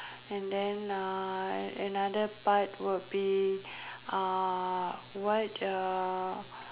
and then uh another part would be uh what uh